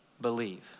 believe